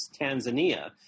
Tanzania